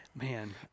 Man